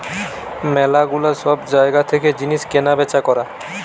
ম্যালা গুলা সব জায়গা থেকে জিনিস কেনা বেচা করা